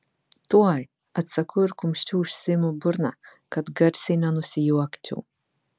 tuoj atsakau ir kumščiu užsiimu burną kad garsiai nesusijuokčiau